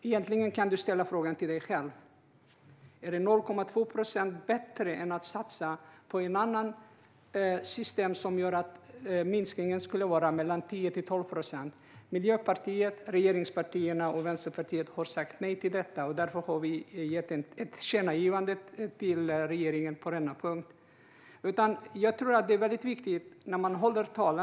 Egentligen kan Lorentz Tovatt ställa frågan till sig själv: Är 0,2 procent bättre än att satsa på ett annat system som skulle ge en minskning på 10-12 procent? Jag tror att det är väldigt viktigt att hålla sig till det man pratar om i sina inlägg.